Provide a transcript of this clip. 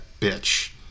bitch